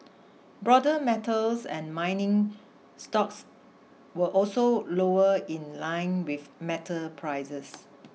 broader metals and mining stocks were also lower in line with metal prices